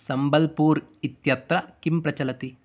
सम्बल्पूर् इत्यत्र किं प्रचलति